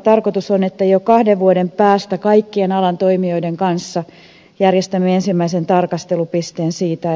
tarkoitus on että jo kahden vuoden päästä kaikkien alan toimijoiden kanssa järjestämme ensimmäisen tarkastelupisteen siitä